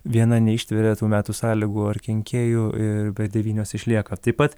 viena neištveria tų metų sąlygų ar kenkėjų ir bet devynios išlieka taip pat